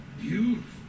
Beautiful